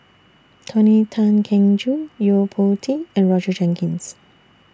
Tony Tan Keng Joo Yo Po Tee and Roger Jenkins